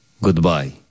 goodbye